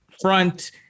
front